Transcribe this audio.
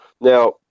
now